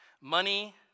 Money